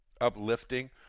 uplifting